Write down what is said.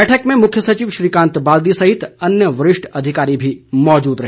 बैठक में मुख्य सचिव श्रीकांत बाल्दी सहित अन्य वरिष्ठ अधिकारी मौजूद रहे